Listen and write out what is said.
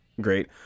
great